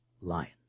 Lion